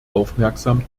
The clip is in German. aufmerksam